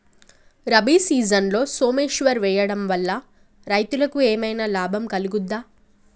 రబీ సీజన్లో సోమేశ్వర్ వేయడం వల్ల రైతులకు ఏమైనా లాభం కలుగుద్ద?